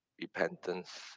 repentance